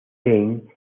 kane